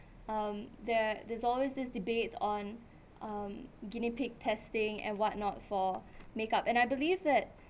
um there there's always this debate on um guinea pig testing and whatnot for makeup and I believe that